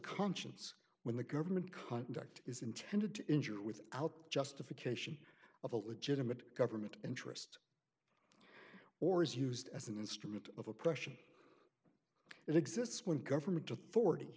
conscience when the government contract is intended to injure without justification of a legitimate government interest or is used as an instrument of oppression that exists when government authority